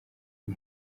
uyu